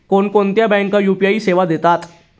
कोणकोणत्या बँका यू.पी.आय सेवा देतात?